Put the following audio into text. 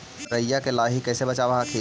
राईया के लाहि कैसे बचाब हखिन?